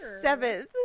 Seventh